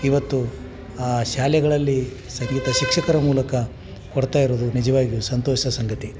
ಇವತ್ತು ಆ ಶಾಲೆಗಳಲ್ಲಿ ಸಂಗೀತ ಶಿಕ್ಷಕರ ಮೂಲಕ ಕೊಡ್ತಾ ಇರುವುದು ನಿಜವಾಗಿಯೂ ಸಂತೋಷದ ಸಂಗತಿ